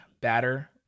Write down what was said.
batter